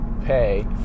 pay